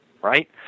Right